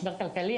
משבר כלכלי,